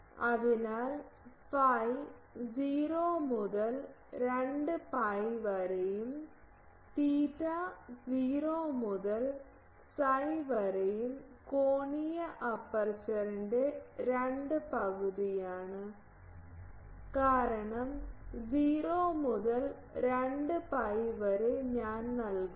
അതിനാൽ phi 0 മുതൽ 2 pi വരെയും തീറ്റ 0 മുതൽ psi വരെയും കോണീയ അപ്പർച്ചറിന്റെ 2 പകുതിയാണ് കാരണം 0 മുതൽ 2 pi വരെ ഞാൻ നൽകുന്നു